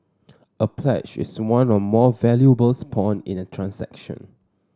a pledge is one or more valuables pawned in a transaction